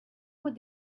would